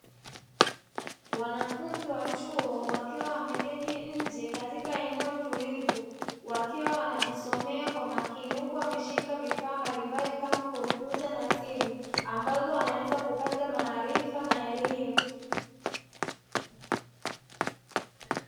Wanafunzi wa chuo wakiwa wameketi nje katika eneo tulivu wakiwa wanajisomea kwa makini huku wameshika vifaa mbalimbali kama kompyuta na simu, ambazo wanaweza kupata maarifa na elimu.